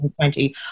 2020